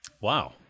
Wow